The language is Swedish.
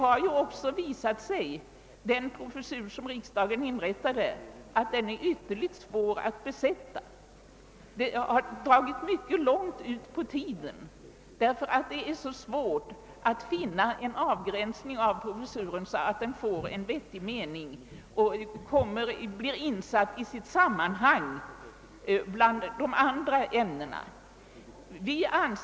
Det har också visat sig att den professur som riksdagen inrättade har varit ytterligt svår att besätta. Det har dragit långt ut på tiden därför att det är svårt att få en avgränsning av professuren, så att den får en vettig mening och blir insatt i sitt sammanhang bland professurerna i övriga ämnen.